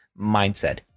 mindset